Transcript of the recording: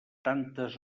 tantes